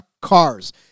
cars